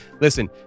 Listen